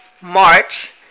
March